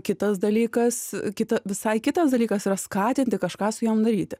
kitas dalykas kita visai kitas dalykas yra skatinti kažką su jom daryti